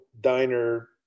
diner